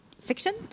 fiction